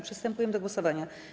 Przystępujemy do głosowania.